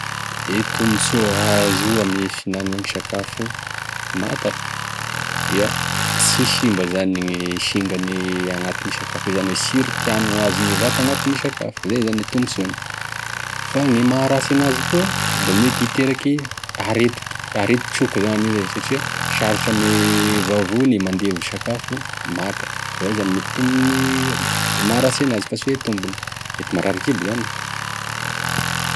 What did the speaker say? E tombotsoa azo avy ame fihinany sakafo manta dia sy simba zany gne singa azo agnatin'e sakafo, izany hoe e siro tian'e ho azogne vata agnatin'e sakafo, zay zany e tombosoany, fa gne maha rasy enazy koa, da mety hiteraky arety areti-troky zany izay, satria sarotry ame vavony e mandevo sakafo manta, izay zany mety ho tombony- maharasy enazy fa sy hoe tombony, mety maharary kibo zany.